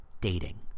dating